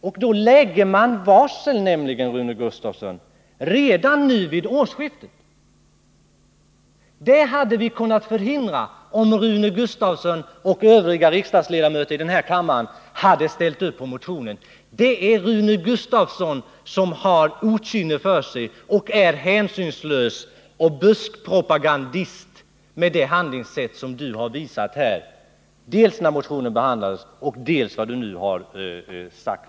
Under sådana förhållanden, Rune Gustavsson, varslar man om nedläggningen redan nu vid årsskiftet. Detta hade vi dock kunnat förhindra, om Rune Gustavsson och övriga riksdagsledamöter i den här kammaren hade ställt upp bakom motionen. Det är Rune Gustavsson som har okynne för sig och är hänsynslös och är en buskpropagandist. Det har han bevisat med sitt handlingssätt här, dels när motionen väcktes, dels med vad han nu har sagt.